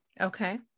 okay